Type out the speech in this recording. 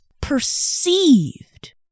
perceived